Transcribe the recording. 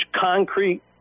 concrete